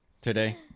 today